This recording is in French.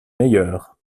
meilleure